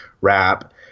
rap